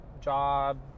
Job